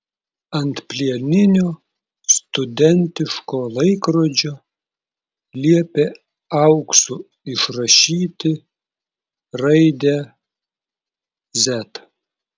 ant plieninio studentiško laikrodžio liepė auksu išrašyti raidę z